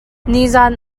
nizaan